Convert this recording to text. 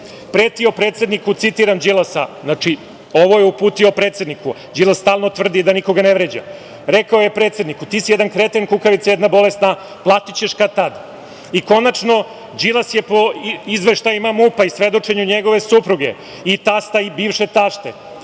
pretio predsedniku, citiram Đilasa, znači ovo je uputio predsedniku, Đilas stalno tvrdi da nikoga ne vređa – ti si jedan kreten, kukavica jedna bolesna, platićeš kad tad. Konačno Đilas je po izveštajima MUP-a i svedočenju njegove supruge, tasta i bivše tašte,